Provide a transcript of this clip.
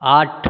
आठ